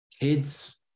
kids